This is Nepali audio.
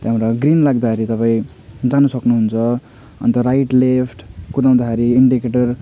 त्यहाँबाट ग्रिन लाग्दा तपाईँ जानु सक्नु हुन्छ अन्त राइट लेफ्ट कुदाउँदाखेरि इन्डिकेटर